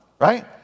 right